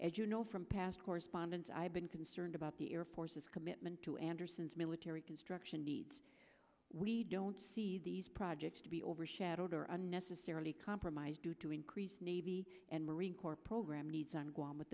as you know from past correspondence i've been concerned about the air force's commitment to andersen's military construction needs we don't see these projects to be overshadowed or unnecessarily compromised due to increased navy and marine corps program needs on guam with